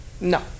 No